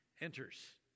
enters